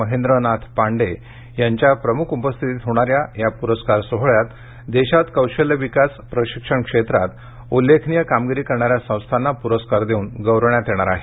महेंद्रनाथ पांडे यांच्या प्रमुख उपस्थितीत होणाऱ्या या पुरस्कार सोहळ्यात देशात कौशल्य विकास प्रशिक्षण क्षेत्रात उल्लेखनीय कामगिरी करणाऱ्या संस्थांना पुरस्कार देऊन गौरविण्यात येणार आहे